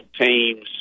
teams